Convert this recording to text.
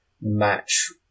match